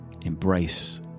Embrace